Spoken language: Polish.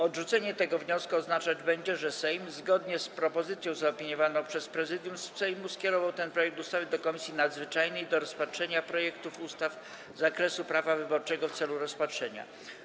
Odrzucenie tego wniosku oznaczać będzie, że Sejm, zgodnie z propozycją zaopiniowaną przez Prezydium Sejmu, skierował ten projekt ustawy do Komisji Nadzwyczajnej do rozpatrzenia projektów ustaw z zakresu prawa wyborczego w celu rozpatrzenia.